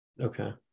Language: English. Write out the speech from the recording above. Okay